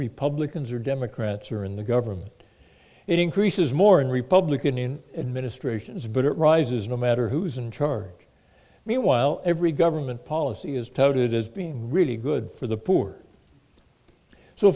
republicans or democrats or in the government it increases more in republican in administrations but it rises no matter who's in charge meanwhile every government policy is touted as being really good for the poor so